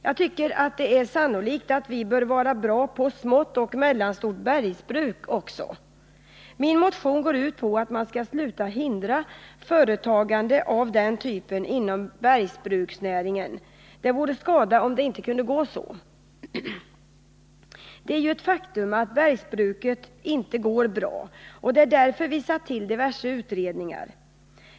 Jag tycker att det är sannolikt att vi bör vara bra på smått och mellanstort bergsbruk också. Min motion går ut på att man skall sluta hindra företagande av den typen inom bergsbruksnäringen. Det vore skada om det inte kunde bli så. Det är ju ett faktum att bergsbruket inte går bra, och det är satt till diverse utredningar.